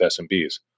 SMBs